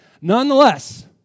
Nonetheless